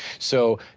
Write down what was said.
so,